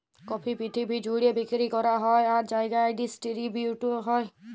coffee পিরথিবি জ্যুড়ে বিক্কিরি ক্যরা হ্যয় আর জায়গায় ডিসটিরিবিউট হ্যয়